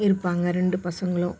இருப்பாங்க ரெண்டு பசங்களும்